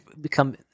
become